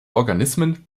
organismen